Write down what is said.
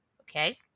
okay